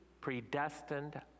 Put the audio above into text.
predestined